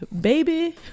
Baby